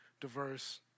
diverse